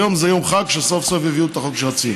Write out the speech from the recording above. היום זה יום חג שסוף-סוף הביאו את החוק שרצינו.